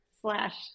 slash